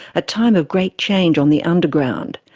a time of great change on the underground.